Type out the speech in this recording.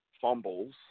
fumbles